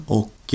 och